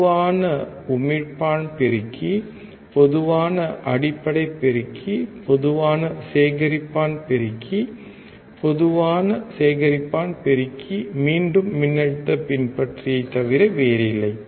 பொதுவான உமிழ்ப்பான் பெருக்கி பொதுவான அடிப்படை பெருக்கி பொதுவான சேகரிப்பான் பெருக்கி சரி பொதுவான சேகரிப்பான் பெருக்கி மீண்டும் மின்னழுத்த பின்பற்றியை தவிர வேறில்லை